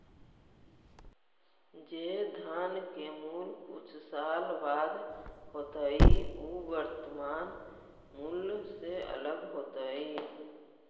जे धन के मूल्य कुछ साल बाद होतइ उ वर्तमान मूल्य से अलग होतइ